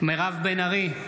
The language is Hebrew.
מירב בן ארי,